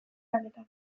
lanetan